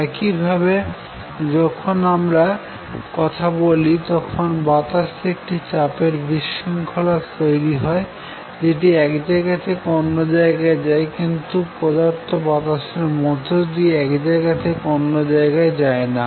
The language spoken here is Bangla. একইভাবে যখন আমরা কথা বলি তখন বাতাসেএকটি চাপের বিশৃঙ্খলা তৈরি করি যেটি এক জায়গা থেকে অন্য জায়গায় যায় কিন্তু পদার্থ বাতাসের মধ্যদিয়ে এক জায়গা থেকে অন্য জায়গায় যায় না